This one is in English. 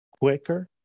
quicker